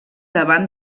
davant